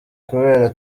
kubera